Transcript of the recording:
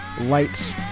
lights